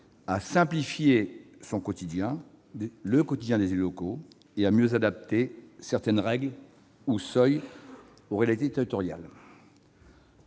à simplifier le quotidien des élus locaux et à mieux adapter certaines règles ou certains seuils aux réalités territoriales.